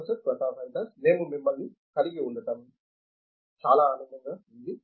professor Pratap Haridas మేము మిమ్మల్ని కలిగి ఉండటం చాలా ఆనందంగా ఉంది